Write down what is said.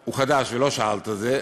הוא חדש, ולא שאלת על זה.